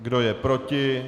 Kdo je proti?